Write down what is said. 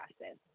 process